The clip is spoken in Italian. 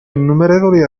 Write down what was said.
innumerevoli